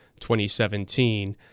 2017